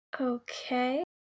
Okay